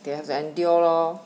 they have to endure lor